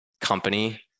company